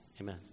Amen